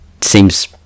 seems